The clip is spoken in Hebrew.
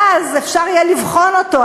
ואז אפשר יהיה לבחון אותו,